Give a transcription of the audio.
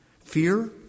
Fear